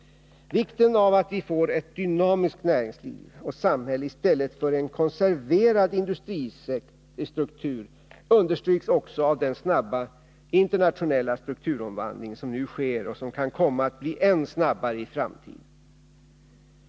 Vikten av att vi får ett dynamiskt näringsliv och samhälle i stället för en konserverad industristruktur understryks också av den snabba internationella strukturomvandling som nu sker och som kan komma att bli än snabbare i framtiden.